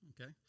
Okay